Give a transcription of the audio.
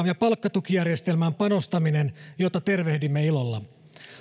ja palkkatukijärjestelmään panostaminen jota tervehdimme ilolla